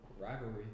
rivalry